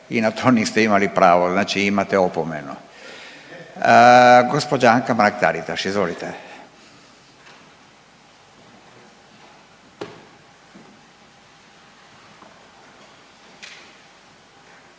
i na to niste imali pravo. Znači imate opomenu. Gospođa Anka Mrak Taritaš izvolite.